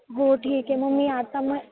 हो ठीक आहे मग मी आता मग